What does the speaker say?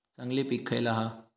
चांगली पीक खयला हा?